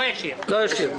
לא ישיר.